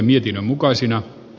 kannatan ed